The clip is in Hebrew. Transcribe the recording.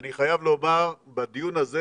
אני חייב לומר שבדיון הזה